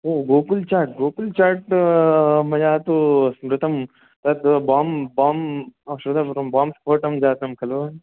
ओ गोकुल् चाट् गोकुल् चाट् मया तु स्मृतं तत् बाम् बाम् श्रुतं बोम् स्फोटं कृतं जातं खलु